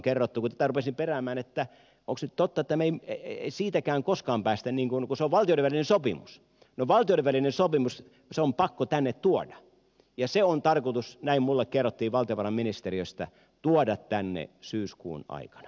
kun tätä rupesin peräämään että onko nyt totta että me emme siitäkään koskaan pääse keskustelemaan kun se on valtioiden välinen sopimus ja valtioiden välinen sopimus on pakko tänne tuoda niin se on tarkoitus näin minulle kerrottiin valtiovarainministeriöstä tuoda tänne syyskuun aikana